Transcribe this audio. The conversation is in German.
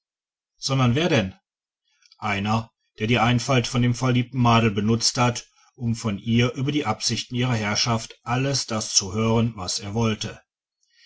sondern wer denn einer der die einfalt von dem verliebten madel benutzt hat um von ihr über die absichten ihrer herrschaft alles das zu hören was er wollte